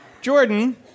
Jordan